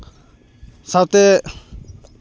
ᱥᱟᱶᱛᱮ